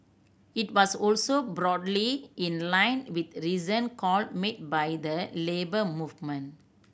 it was also broadly in line with recent call made by the Labour Movement